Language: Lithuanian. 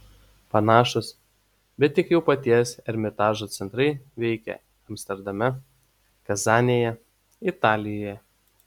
panašūs bet tik jau paties ermitažo centrai veikia amsterdame kazanėje italijoje